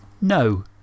No